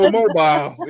mobile